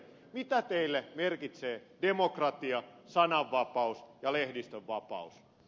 mitä teille merkitsevät demokratia sananvapaus ja lehdistönvapaus